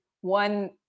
one